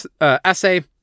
essay